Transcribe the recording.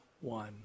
one